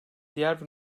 diğer